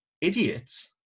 idiots